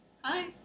hi